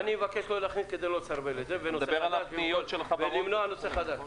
אני מבקש לא להכניס כדי לא לסרבל את זה ולמנוע נושא חדש.